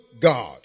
God